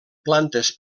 plantes